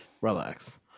relax